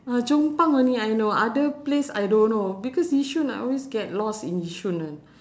uh chong pang only I know other place I don't know because yishun I always get lost in yishun uh